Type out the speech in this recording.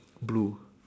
blue